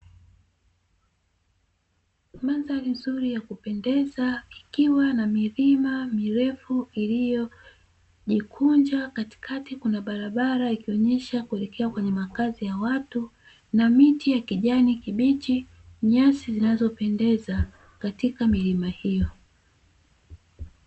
Mandhari nzuri ya kupendeza ikiwa na milima mirefu iliyojikunja, katikati kuna barabara ikionyesha kuelekea kwenye makazi ya watu na miti ya kijani kibichi, nyasi zinazopendeza katika milima hiyo.